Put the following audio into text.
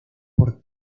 por